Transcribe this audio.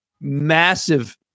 massive